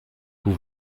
vous